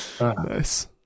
Nice